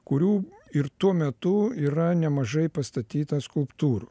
kurių ir tuo metu yra nemažai pastatyta skulptūrų